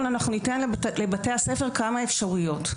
אנחנו ניתן לבתי הספר כמה אפשרויות.